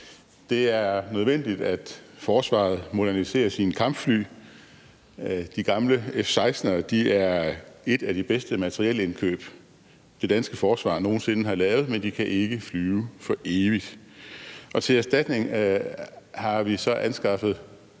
Det er nødvendigt, at forsvaret moderniserer sine kampfly. De gamle F-16-fly er et af de bedste materielindkøb, det danske forsvar nogen sinde har lavet, men de kan ikke flyve for evigt. Til erstatning har vi så anskaffet